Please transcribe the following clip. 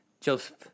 Joseph